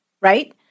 right